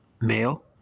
male